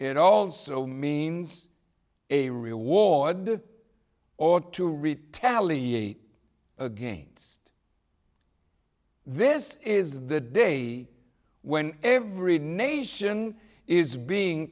it also means a reward or to retaliate against this is the day when every nation is being